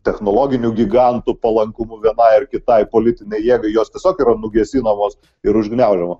technologiniu gigantu palankumu vienai ar kitai politinei jėgai jos tiesiog yra nugesinamos ir užgniaužiamos